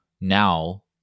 Now